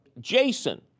Jason